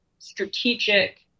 strategic